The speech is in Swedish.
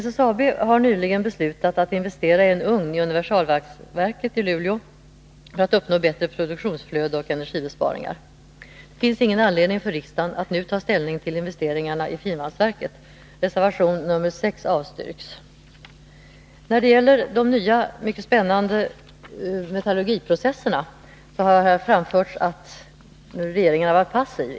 SSAB har nyligen beslutat att investera i en ugn i universalvalsverket i Luleå för att uppnå bättre produktionsflöde och energibesparingar. Det finns ingen anledning för riksdagen att nu ta ställning till investeringarna i finvalsverket. Reservation nr 6 avstyrks. När det gäller de nya, mycket spännande metallurgiprocesserna har det sagts här att regeringen varit passiv.